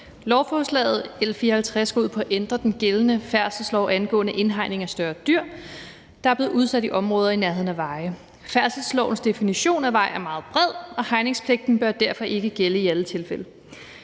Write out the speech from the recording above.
Lovforslag nr. L 54 går ud på at ændre den gældende færdselslov angående indhegning af større dyr, der er blevet udsat i områder i nærheden af veje. Færdselslovens definition af veje er meget bred, og hegningspligten bør derfor ikke gælde i alle tilfælde.